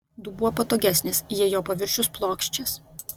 dubuo patogesnis jei jo paviršius plokščias